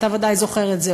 אתה ודאי זוכר את זה,